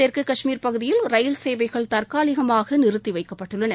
தெற்கு காஷ்மீர் பகுதியில் ரயில் சேவைகள் தற்காலிகமாக நிறுத்தி வைக்கப்பட்டுள்ளன